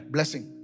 Blessing